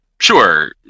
Sure